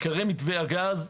עיקרי מתווה הגז,